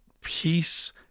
peace